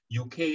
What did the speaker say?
UK